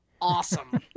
awesome